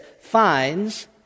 finds